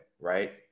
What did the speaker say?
right